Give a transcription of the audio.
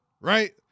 right